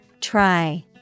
Try